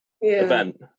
event